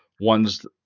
ones